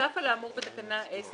נוסף על האמור בתקנה 10(ט),